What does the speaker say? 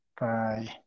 Bye